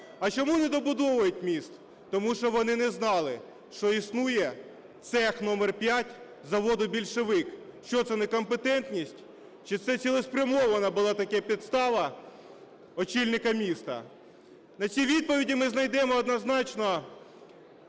А чому не добудовують міст? Тому що вони не знали, що існує цех №5 заводу "Більшовик". Що це - некомпетентність? Чи це цілеспрямована була така підстава очільника міста? На це відповіді ми знайдемо однозначно